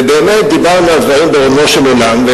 ובאמת דיברנו על דברים ברומו של עולם.